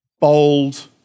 Bold